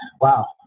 Wow